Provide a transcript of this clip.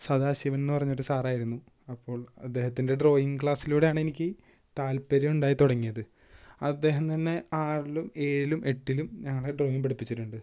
സദാശിവന് എന്ന് പറഞ്ഞൊരു സാറായിരുന്നു അപ്പോള് അദേഹത്തിന്റെ ഡ്രോയിങ് ക്ലാസിലൂടെയാണെനിക്ക് താല്പര്യം ഉണ്ടായി തുടങ്ങിയത് അദ്ദേഹം തന്നെ ആറിലും ഏഴിലും എട്ടിലും ഞങ്ങളെ ഡ്രോയിങ് പഠിപ്പിച്ചിരുന്നത്